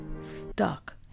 stuck